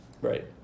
right